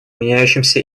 меняющемся